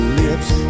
lips